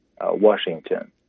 Washington